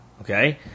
okay